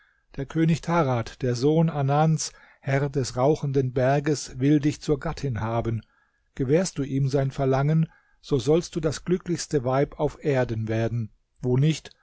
der könig tarad der sohn anans herr des rauchenden berges will dich zur gattin haben gewährst du ihm sein verlangen so sollst du das glücklichste weib auf erden werden wo nicht